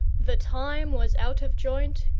the time was out of joint,